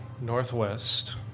Northwest